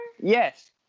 Yes